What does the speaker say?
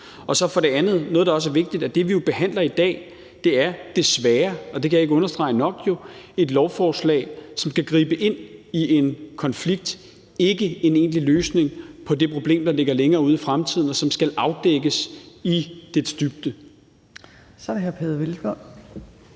Og noget andet, der også er vigtigt, er, at det, vi jo behandler i dag, desværre – og det kan jeg ikke understrege nok – er et lovforslag, som skal gribe ind i en konflikt, ikke en egentlig løsning på det problem, der ligger længere ude i fremtiden, og som skal afdækkes i dybden. Kl. 17:26 Fjerde